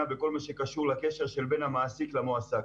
בכל מה שקשור לקשר של בין המעסיק למועסק.